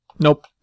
Nope